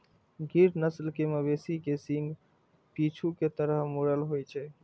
गिर नस्ल के मवेशी के सींग पीछू के तरफ मुड़ल होइ छै